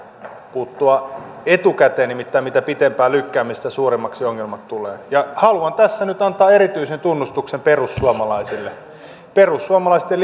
puuttua etukäteen nimittäin mitä pitempään lykkäämme sitä suuremmaksi ongelmat tulevat ja haluan tässä nyt antaa erityisen tunnustuksen perussuomalaisille perussuomalaisten